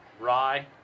rye